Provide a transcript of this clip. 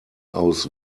aus